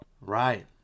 Right